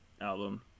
album